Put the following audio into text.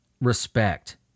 respect